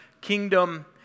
kingdom